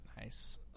nice